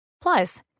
Plus